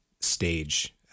stage